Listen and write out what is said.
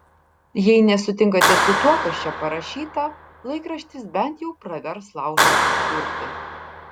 jei nesutinkate su tuo kas čia parašyta laikraštis bent jau pravers laužui užkurti